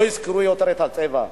לא יזכרו יותר את הצבע,